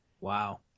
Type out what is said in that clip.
Wow